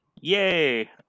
Yay